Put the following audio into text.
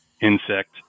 insect